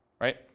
right